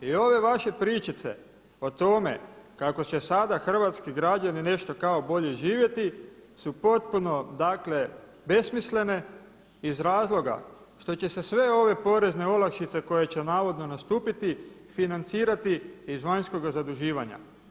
I ove vaše pričice o tome kako će sada hrvatski građani nešto kao bolje živjeti su potpuno, dakle besmislene iz razloga što će se sve ove porezne olakšice koje će navodno nastupiti financirati iz vanjskoga zaduživanja.